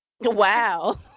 Wow